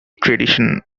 tradition